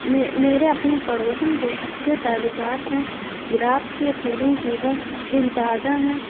میرے اپنے پڑوسن سے اچھے تعلقات ہیں گلاب کے پھولوں کی وہ دل دادہ ہیں